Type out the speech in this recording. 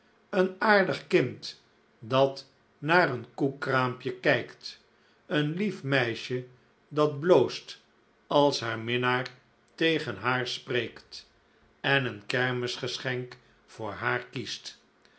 een aardig kind dat naar een koekkraampje kijkt een lief meisje dat bloost als haar minnaar tegen haar spreekt en een kermisgeschenk voor haar kiest